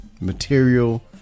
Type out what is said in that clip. material